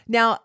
Now